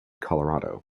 colorado